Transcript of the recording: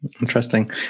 Interesting